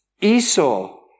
Esau